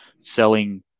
selling